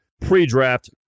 pre-draft